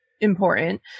important